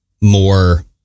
more